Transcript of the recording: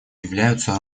являются